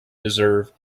deserve